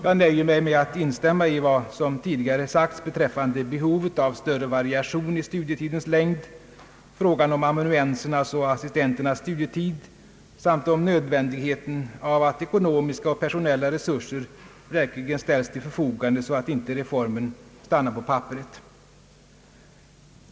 Jag nöjer mig med att instämma i vad som tidigare sagts beträffande behovet av större variation i studietidens längd, frågan om amanuensernas och assistenternas studietid samt. om nödvändigheten av att ekonomiska och personella resurser verk ligen ställs till förfogande, så att inte reformen stannar på papperet.